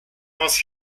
was